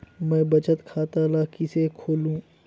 मैं बचत खाता ल किसे खोलूं?